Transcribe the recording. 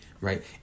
right